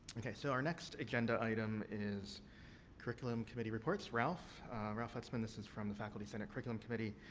okay, so, our next agenda item is curriculum committee reports. ralph ralph utzman, this is from the faculty senate curriculum committee,